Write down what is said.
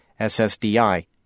SSDI